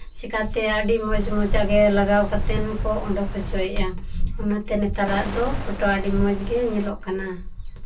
ᱪᱤᱠᱟᱹᱛᱮ ᱟᱹᱰᱤ ᱢᱚᱡᱽ ᱢᱚᱡᱟᱜ ᱜᱮ ᱞᱟᱜᱟᱣ ᱠᱟᱛᱮᱫ ᱠᱚ ᱚᱰᱚᱠ ᱦᱚᱪᱚᱭᱮᱫᱼᱟ ᱚᱱᱟᱛᱮ ᱱᱮᱛᱟᱨᱚᱜ ᱫᱚ ᱯᱷᱳᱴᱳ ᱟᱹᱰᱤ ᱢᱚᱡᱽ ᱜᱮ ᱧᱮᱞᱚᱜ ᱠᱟᱱᱟ